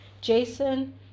jason